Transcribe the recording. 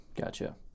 gotcha